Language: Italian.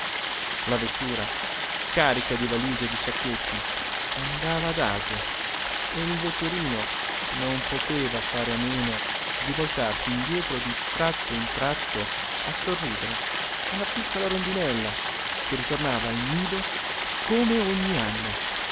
la vettura carica di valige e di sacchetti andava adagio e il vetturino non poteva fare a meno di voltarsi indietro di tratto in tratto a sorridere alla piccola rondinella che ritornava al nido come ogni anno